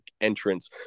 entrance